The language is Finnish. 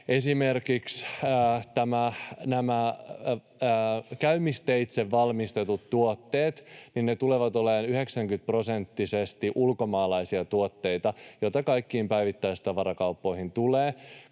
Esimerkiksi nämä käymisteitse valmistetut tuotteet tulevat olemaan 90-prosenttisesti ulkomaalaisia tuotteita, joita kaikkiin päivittäistavarakauppoihin tulee